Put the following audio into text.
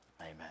Amen